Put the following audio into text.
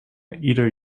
ieder